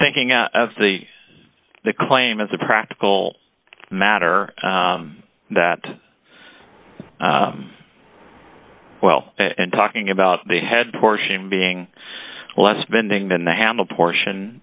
thinking out of the the claim as a practical matter that well and talking about the head portion being less bending than the handle portion